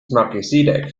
melchizedek